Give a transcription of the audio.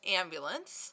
ambulance